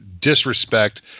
disrespect